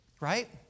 right